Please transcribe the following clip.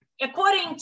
according